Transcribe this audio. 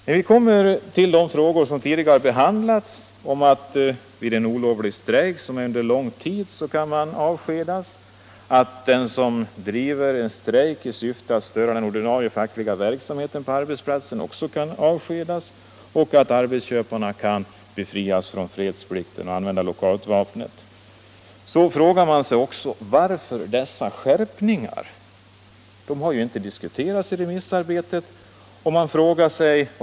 Här har tidigare talats om att vid en olovlig strejk som pågår under lång tid kan man avskedas, att den som driver en strejk i syfte att störa den ordinarie fackliga verksamheten på arbetsplatsen kan avskedas och att arbetsköparna kan befrias från fredsplikten och använda lockoutvapnet. Då frågar man sig: Varför har dessa skärpningar gjorts? De har ju inte diskuterats under remissbehandlingen.